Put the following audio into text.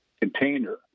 container